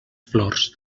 flors